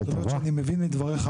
אני מבין מדבריך,